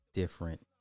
different